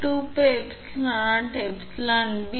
5 4 ln 0